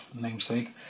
namesake